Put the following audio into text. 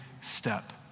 step